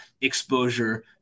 exposure